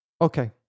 Okay